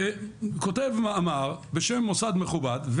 וכותב מאמר בשם מוסד מכובד,